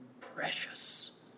precious